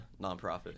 nonprofit